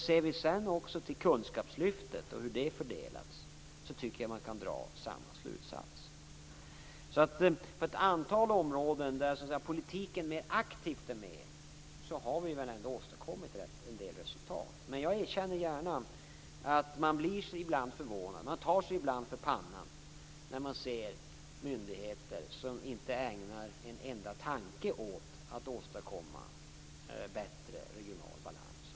Ser man på fördelningen av kunskapslyftet, tycker jag att man kan dra samma slutsats. På ett antal områden där politiken aktivt deltar har vi ändå åstadkommit en del resultat. Men jag erkänner gärna att man ibland tar sig för pannan när man ser myndigheter som inte ägnar en enda tanke åt den regionala balansen.